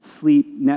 sleep